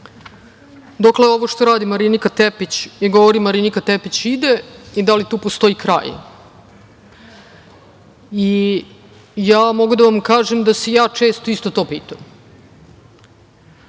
dokle ovo što radi Marinika Tepić i govori Marinika Tepić ide i da li tu postoji kraj. Mogu da vam kažem da se i ja često isto to pitam.